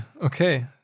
okay